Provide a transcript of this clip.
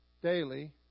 daily